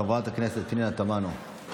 חברת הכנסת פנינה תמנו,